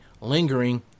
lingering